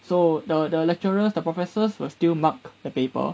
so the the lecturers the professors were still mark the paper